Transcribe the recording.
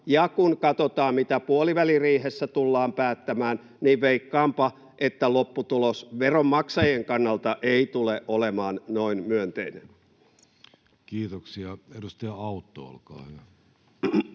ja kun katsotaan, mitä puoliväliriihessä tullaan päättämään, niin veikkaanpa, että lopputulos veronmaksajien kannalta ei tule olemaan noin myönteinen. Kiitoksia. — Edustaja Autto, olkaa hyvä.